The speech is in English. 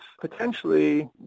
potentially